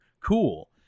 Cool